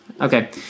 Okay